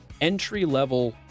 Entry-level